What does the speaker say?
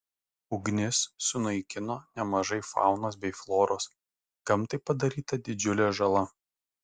ugnis sunaikino nemažai faunos bei floros gamtai padaryta didžiulė žala